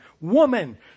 woman